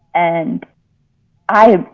and i.